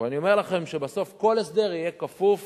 אבל אני אומר לכם שבסוף כל הסדר יהיה כפוף